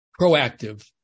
proactive